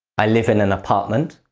i live in an apartment.